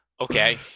Okay